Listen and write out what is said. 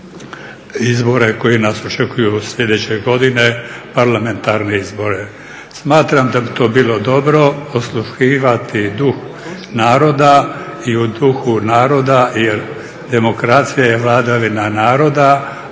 izbore koji nas očekuju sljedeće godine, parlamentarne izbore. Smatram da bi to bilo dobro osluškivati duh naroda i u duhu naroda jer demokracija je vladavina naroda